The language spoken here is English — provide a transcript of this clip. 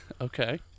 Okay